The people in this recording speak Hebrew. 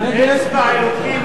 סעיפים 26 27 נתקבלו.